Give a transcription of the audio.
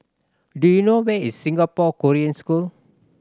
do you know where is Singapore Korean School